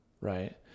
right